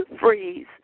freeze